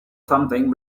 something